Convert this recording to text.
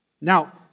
Now